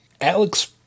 Alex